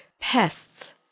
pests